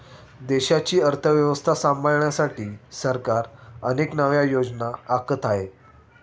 देशाची अर्थव्यवस्था सांभाळण्यासाठी सरकार अनेक नव्या योजना आखत आहे